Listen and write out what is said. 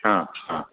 हां हां